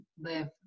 live